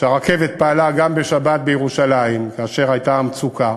הרכבת פעלה גם בשבת בירושלים כאשר הייתה המצוקה,